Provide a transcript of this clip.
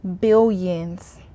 billions